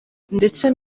ndetse